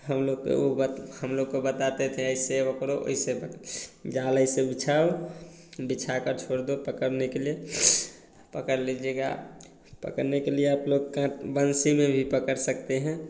हम लोग को उ बात हम लोग को बताते थे ऐसे पकड़ो वैसे पक जाल ऐसे बिछाओ बिछाकर छोड़ दो पकड़ने के लिए पाकर लीजिएगा पकड़ने के लिए आप लोग कां बंसी में भी पकड़ सकते हैं